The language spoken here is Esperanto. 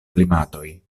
klimatoj